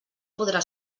podrà